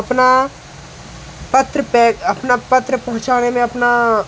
अपना पत्र पर अपना पत्र पहुँचाने में अपना